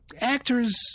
actors